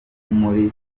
muri